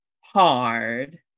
hard